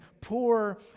poor